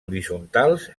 horitzontals